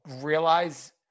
realize